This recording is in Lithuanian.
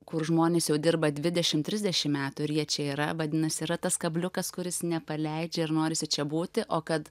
kur žmonės jau dirba dvidešim trisdešim metų ir jie čia yra vadinasi yra tas kabliukas kuris nepaleidžia ir norisi čia būti o kad